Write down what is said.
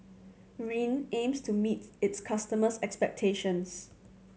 Rene aims to meet its customers' expectations